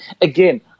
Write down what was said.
again